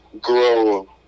grow